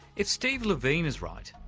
if steve levine is right,